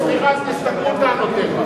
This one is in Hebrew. סליחה, אז נסתתמו טענותיך.